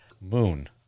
Moon